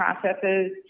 processes